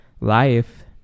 life